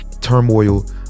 turmoil